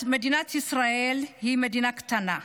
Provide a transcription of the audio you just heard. מדינת ישראל היא מדינה קטנה,